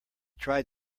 tried